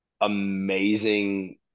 amazing